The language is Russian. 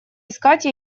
искать